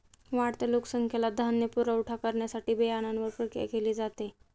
वाढत्या लोकसंख्येला धान्य पुरवठा करण्यासाठी बियाण्यांवर प्रक्रिया केली जाते